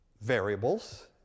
variables